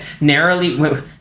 narrowly